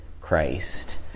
Christ